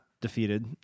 defeated